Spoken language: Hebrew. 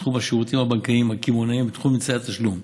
בתחום השירותים הבנקאיים הקמעונאיים ובתחום אמצעי התשלום.